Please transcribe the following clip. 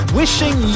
wishing